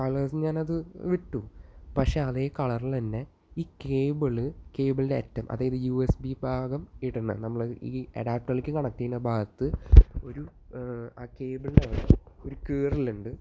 colours ഞാനത് വിട്ടു പക്ഷെ അതേ കളറിൽ തന്നെ ഈ കേബിള് കേബിളിന്റെ അറ്റം അതായത് യു എസ് ബി ഭാഗം ഇടുന്ന നമ്മളുടെ ഈ അഡാപ്റ്റർലേക്ക് കണക്ട് ചെയ്യുന്ന ഭാഗത്ത് ഒരു ആ കേബിളില് ഒരു കീറല് ഉണ്ട് കളേഴ്സ് ഞാനത് വിട്ടു പക്ഷെ അതേ കളറിൽ തന്നെ ഈ കേബിള് കേബിളിന്റെ അറ്റം അതായത് യു എസ് ബി ഭാഗം ഇടുന്ന നമ്മളുടെ ഈ അഡാപ്റ്റർലേക്ക് കണക്ട് ചെയ്യുന്ന ഭാഗത്ത് ഒരു ആ കേബിളില് ഒരു കീറല് ഉണ്ട്